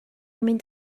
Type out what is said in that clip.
mynd